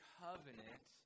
covenant